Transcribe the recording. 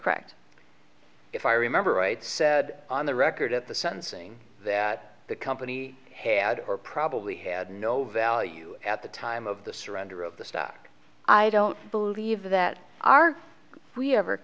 correct if i remember right said on the record at the sentencing that the company had or probably had no value at the time of the surrender of the stock i don't believe that are we ever